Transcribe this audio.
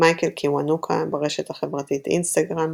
מייקל קיוונוקה, ברשת החברתית אינסטגרם